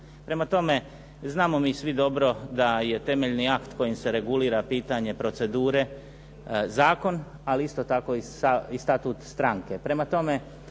Prema tome, znamo mi svi dobro da je temeljni akt kojim se regulira pitanje procedure zakon, ali isto tako i statut stranke.